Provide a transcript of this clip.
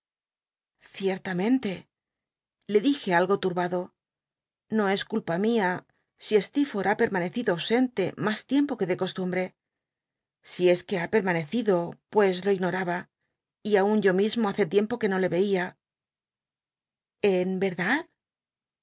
cierutmente le dij e algo turbado no es culpa mia si steerforth ha permanecido ausente mas tiempo que de costumbre si es que ha permanecido pues lo ignoraba y aun yo mismo hace tiempo que no le yeia en verdad